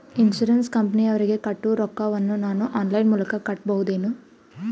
Insurance ಕಂಪನಿಯವರಿಗೆ ಕಟ್ಟುವ ರೊಕ್ಕ ವನ್ನು ನಾನು ಆನ್ ಲೈನ್ ಮೂಲಕ ಕಟ್ಟಬಹುದೇನ್ರಿ?